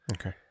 Okay